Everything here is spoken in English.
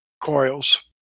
coils